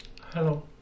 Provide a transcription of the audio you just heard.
Hello